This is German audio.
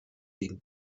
gegen